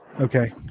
Okay